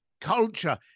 culture